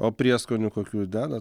o prieskonių kokių deda